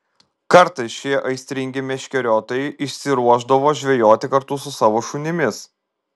kartais šie aistringi meškeriotojai išsiruošdavo žvejoti kartu su savo šunimis